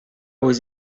was